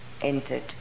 entered